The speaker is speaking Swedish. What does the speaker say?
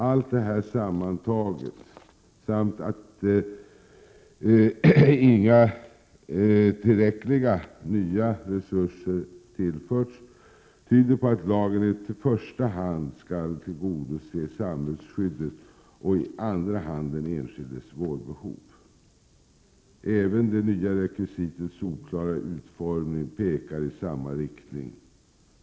Allt detta sammantaget, samt den omständigheten att inga tillräckliga nya resurser tillförts, tyder på att lagen i första hand skall tillgodose samhällsskyddet och i andra hand den enskildes vårdbehov. Även det nya rekvisitets oklara utformning pekar i samma riktning.